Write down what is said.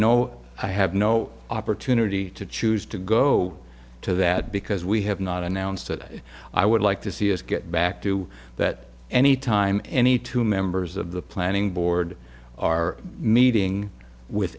no i have no opportunity to choose to go to that because we have not announced that i would like to see it get back to that anytime any two members of the planning board are meeting with